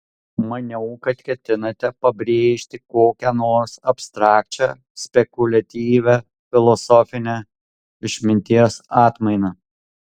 maniau kad ketinate pabrėžti kokią nors abstrakčią spekuliatyvią filosofinę išminties atmainą